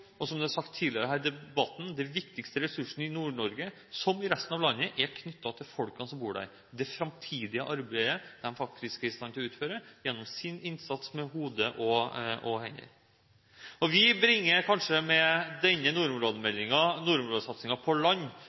Som det er sagt tidligere her i debatten: Den viktigste ressursen i Nord-Norge, som i resten av landet, er knyttet til folkene som bor der, det framtidige arbeidet de faktisk er i stand til å utføre gjennom sin innsats med hode og hender. Vi bringer kanskje med denne nordområdemeldingen nordområdesatsingen på land.